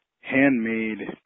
handmade